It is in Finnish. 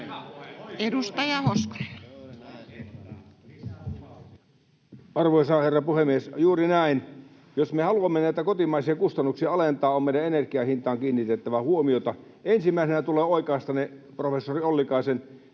14:10 Content: Arvoisa herra puhemies! Juuri näin. Jos me haluamme näitä kotimaisia kustannuksia alentaa, on meidän kiinnitettävä huomiota energian hintaan. Ensimmäisenä tulee oikaista professori Ollikaisen,